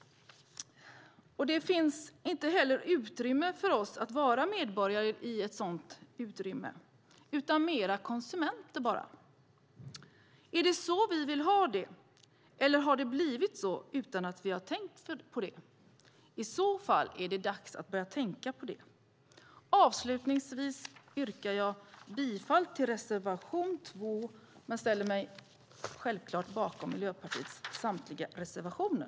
Det finns inte heller utrymme för oss att vara medborgare där, utan vi blir mer konsumenter bara. Är det så vi vill ha det? Eller har det blivit så utan att vi har tänkt på det? I så fall är det dags att börja tänka på det. Avslutningsvis yrkar jag bifall till reservation 2, men jag ställer mig självklart bakom Miljöpartiets samtliga reservationer.